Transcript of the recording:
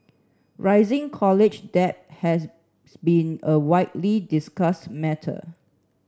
rising college debt has been a widely discussed matter